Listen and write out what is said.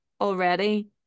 already